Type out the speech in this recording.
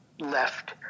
left